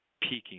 peaking